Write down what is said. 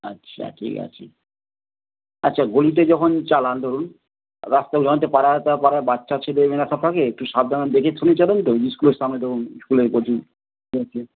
আচ্ছা ঠিক আছে আচ্ছা গলিতে যখন চালান ধরুন রাস্তায় পাড়াটা পাড়ার বাচ্চা ছেলে মেয়েরা সব থাকে একটু সাবধানে দেখে শুনে চালান তো স্কুলের সামনে তো স্কুলে কোচিং